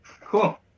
Cool